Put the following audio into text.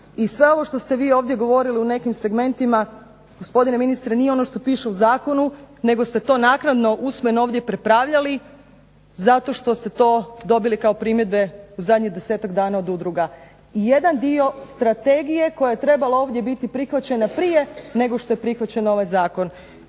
i sve ovo što ste vi govorili u nekim segmentima gospodine ministre nije ono što piše u zakonu nego ste to naknadno ovdje usmeno prepravljali zato što ste to dobili kao primjedbe u zadnjih desetak dana od udruga. I jedan dio strategije koja je trebala biti ovdje prihvaćena prije nego što je prihvaćen ovaj zakon.